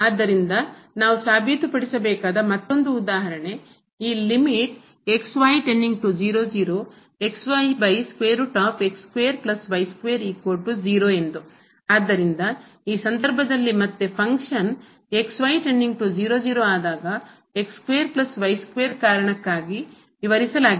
ಆದ್ದರಿಂದ ನಾವು ಸಾಬೀತುಪಡಿಸಬೇಕಾದ ಮತ್ತೊಂದು ಉದಾಹರಣೆ ಈ ಎಂದು ಆದ್ದರಿಂದ ಈ ಸಂದರ್ಭದಲ್ಲಿ ಮತ್ತೆ ಫಂಕ್ಷನ್ ಕಾರ್ಯ ಆದಾಗ ಕಾರಣಕ್ಕಾಗಿ ವಿವರಿಸಲಾಗಿಲ್ಲ